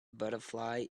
butterfly